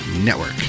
network